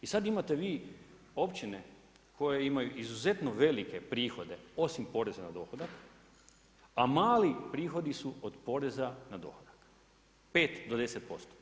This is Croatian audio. I sada imate vi općine koje imaju izuzetno velike prihode osim poreza na dohodak a mali prihodi su od poreza na dohodak, 5 do 10%